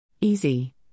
easy